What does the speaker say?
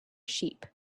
sheep